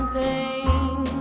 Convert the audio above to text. pain